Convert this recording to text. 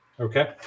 Okay